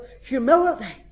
humility